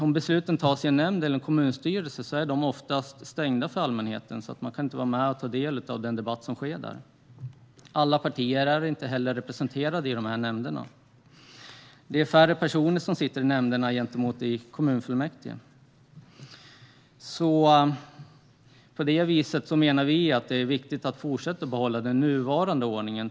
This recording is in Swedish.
Om besluten fattas i en nämnd eller i en kommunstyrelse är problemet att de ofta är stängda för allmänheten, så man kan inte ta del av den debatt som sker där. Alla partier är inte heller representerade i nämnderna. Det är färre personer som sitter i nämnderna än i kommunfullmäktige. Därför menar vi att det är viktigt att behålla den nuvarande ordningen.